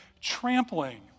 trampling